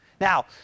Now